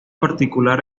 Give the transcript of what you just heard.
particular